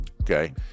okay